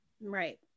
Right